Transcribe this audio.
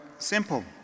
simple